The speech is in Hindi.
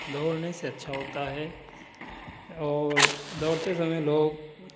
दौड़ने से अच्छा होता है और दौड़ते समय लोग